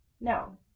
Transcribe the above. No